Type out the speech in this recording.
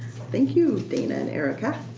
thank you dana and erika.